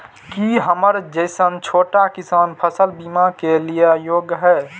की हमर जैसन छोटा किसान फसल बीमा के लिये योग्य हय?